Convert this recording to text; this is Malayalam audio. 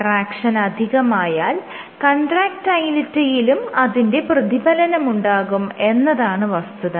ട്രാക്ഷൻ അധികമായാൽ കൺട്രാക്ടയിലിറ്റിയിലും അതിന്റെ പ്രതിഫലനമുണ്ടാകും എന്നതാണ് വസ്തുത